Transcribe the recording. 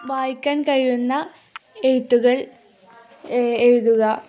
വായിക്കാൻ കഴിയുന്ന എഴുത്തുകൾ എഴുതുക